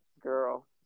girl